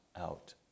out